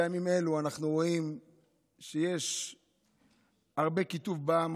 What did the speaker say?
בימים אלו אנחנו רואים שיש הרבה קיטוב בעם,